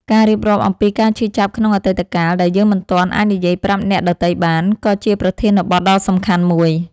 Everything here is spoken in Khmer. ការរៀបរាប់អំពីការឈឺចាប់ក្នុងអតីតកាល ដែលយើងមិនទាន់អាចនិយាយប្រាប់អ្នកដទៃបាន ក៏ជាប្រធានបទដ៏សំខាន់មួយ។